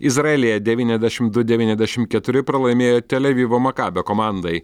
izraelyje devyniasdešim du devyniasdešim keturi pralaimėjo televivo makabio komandai